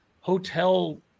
hotel